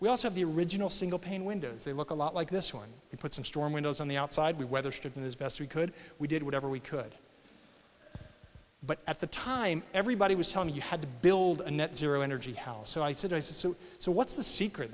we also have the original single pane windows they look a lot like this one we put some storm windows on the outside we weatherstripping as best we could we did whatever we could but at the time everybody was telling you had to build a net zero energy house so i said i said so so what's the secret